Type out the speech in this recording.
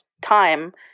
time